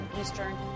Eastern